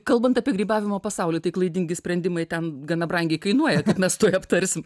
kalbant apie grybavimo pasaulį tai klaidingi sprendimai ten gana brangiai kainuoja tai mes tuoj aptarsim